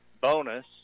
bonus